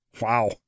wow